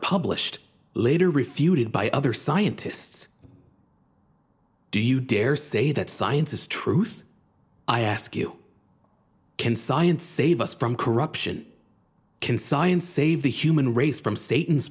published later refuted by other scientists do you dare say that science is truth i ask you can science save us from corruption can science save the human race from satan